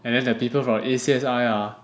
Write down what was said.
and then there are people from A_C_S_I ah